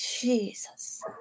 Jesus